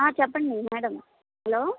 చెప్పండి madam hello